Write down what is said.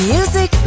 Music